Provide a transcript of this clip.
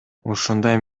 ушундай